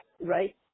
right